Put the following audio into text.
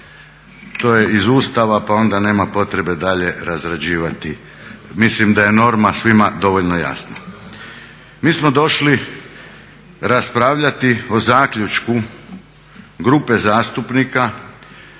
To je iz Ustava, pa onda nema potrebe dalje razrađivati. Mislim da je norma svima dovoljno jasna. Mi smo došli raspravljati o zaključku grupe zastupnika